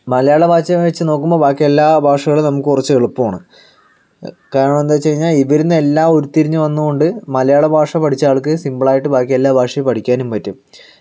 മലയാളഭാഷയെ വെച്ച് നോക്കുമ്പോൾ ബാക്കി എല്ലാ ഭാഷകളും നമുക്ക് കുറച്ച് എളുപ്പമാണ് കാരണമെന്ത് വെച്ചുകഴിഞ്ഞാൽ ഇവരിൽനിന്ന് എല്ലാം ഉരുത്തിരിഞ്ഞു വന്നത് കൊണ്ട് മലയാളഭാഷ പഠിച്ച ആൾക്ക് സിമ്പിൾ ആയിട്ട് ബാക്കി എല്ലാ ഭാഷയും പഠിക്കാനും പറ്റും